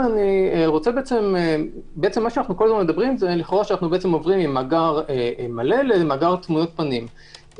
אנחנו מדברים שאנחנו לכאורה עוברים ממאגר מלא למאגר תמונות פנים,